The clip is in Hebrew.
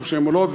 טוב שהן עולות,